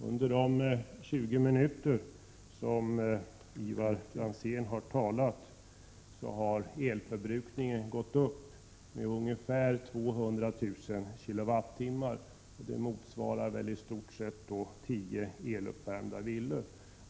Under de 20 minuter som Ivar Franzén har talat har elförbrukningen ökat med ungefär 200 000 kWh, vilket i stort sett motsvarar Prot. 1987/88:135 tio eluppvärmda villor.